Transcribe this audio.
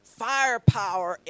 firepower